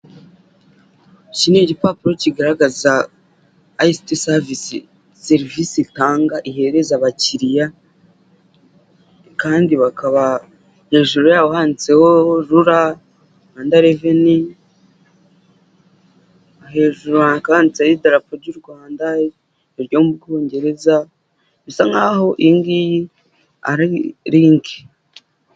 Iki ni igipapuro kigaragaza Ayisiti savisi serivisi itanga, ihereza abakiriya, kandi bakaba hejuru yaho handitseho rura, Rwande reveni, hejuru kakaba handitseho idarapo ry'u Rwanda, iryo mu Bwongereza, bisa nk'aho iyi ngiyi ari rinki.